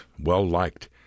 well-liked